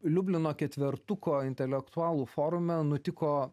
liublino ketvertuko intelektualų forume nutiko